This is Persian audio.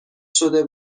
شده